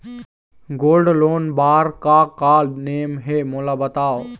Gold loan बार का का नेम हे, मोला बताव?